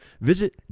visit